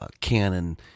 Canon